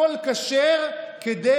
הכול כשר כדי